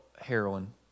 heroin